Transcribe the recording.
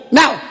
now